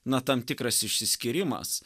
na tam tikras išsiskyrimas